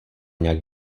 nějak